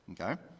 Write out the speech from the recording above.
okay